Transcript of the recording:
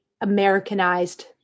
Americanized